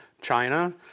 China